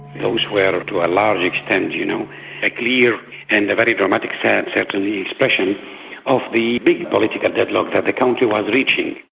those were to a large extent and you know a clear and a very dramatic certainly expression of the big political deadlock that the country was reaching.